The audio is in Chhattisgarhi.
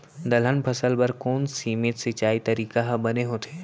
दलहन फसल बर कोन सीमित सिंचाई तरीका ह बने होथे?